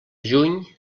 juny